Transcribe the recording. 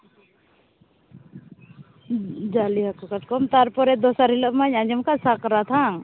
ᱡᱟᱞᱮ ᱦᱟᱹᱠᱩ ᱠᱟᱴᱠᱚᱢ ᱛᱟᱨᱯᱚᱨᱮ ᱫᱚᱥᱟᱨ ᱦᱤᱞᱟᱹᱜ ᱢᱟᱹᱧ ᱟᱸᱡᱚᱢ ᱠᱟᱫ ᱥᱟᱠᱨᱟᱛ ᱵᱟᱝ